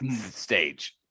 stage